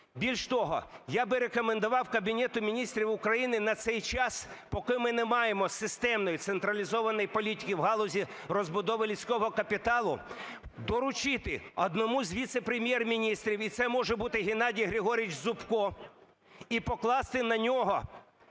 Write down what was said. Більше того, я би рекомендував Кабінету Міністрів України на цей час, поки ми не маємо системної, централізованої політики в галузі розбудови людського капіталу, доручити одному з віце-прем'єр-міністрів, і це може бути Геннадій Григорович Зубко, і покласти на нього